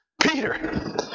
Peter